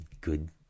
good